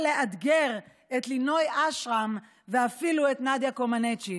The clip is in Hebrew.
לאתגר את לינוי אשרם ואפילו את נדיה קומנץ'.